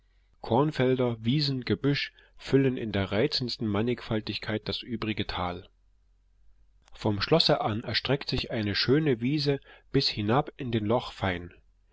kornfelder wiesen gebüsch füllen in der reizendsten mannigfaltigkeit das übrige tal vom schlosse an erstreckt sich eine schöne wiese bis hinab an den loch